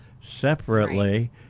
separately